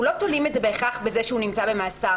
אנחנו לא תולים את זה בהכרח בכך שהוא נמצא במאסר.